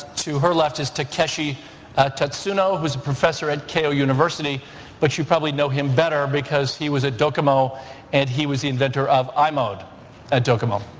to her left is takeshi natsuno who is a professor at keio university but you probably know him better because he was at docomo and he was the inventor of i-mode at docomo.